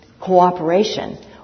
cooperation